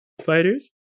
fighters